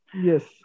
Yes